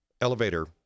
elevator